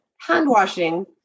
hand-washing